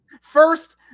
first